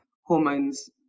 hormones